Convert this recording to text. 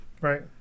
right